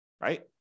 right